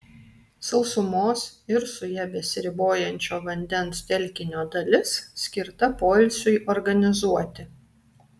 sausumos ir su ja besiribojančio vandens telkinio dalis skirta poilsiui organizuoti